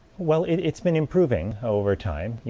well, it's been improving over time.